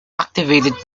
activated